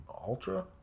Ultra